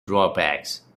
drawbacks